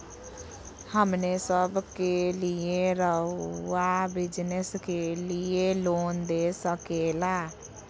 हमने सब के लिए रहुआ बिजनेस के लिए लोन दे सके ला?